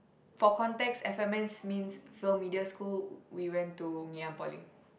for context F_M_S means film media school we went to Ngee-Ann-Poly